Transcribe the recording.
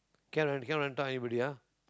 cannot cannot tell anybody ah